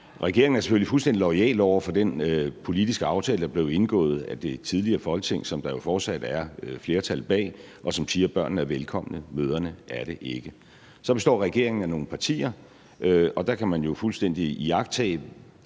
Regeringen er selvfølgelig fuldstændig loyal over for den politiske aftale, som blev indgået af det tidligere Folketing, som der fortsat er flertal bag, og som siger: Børnene er velkomne, mødrene er det ikke. Så består regeringen af nogle partier, og der kan man jo fuldstændig iagttage